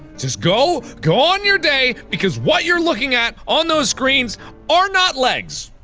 just go, go on your day, because what you're looking at on those screens are not legs.